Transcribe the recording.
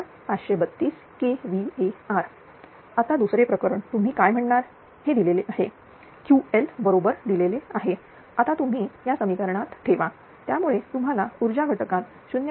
76700532 kVAr आता दुसरे प्रकरण तुम्ही काय म्हणणार हे दिलेले आहे Ql बरोबर दिलेले आहेआता तुम्ही या समीकरणात ठेवा त्यामुळे तुम्हाला ऊर्जा घटकात 0